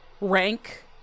rank